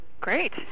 Great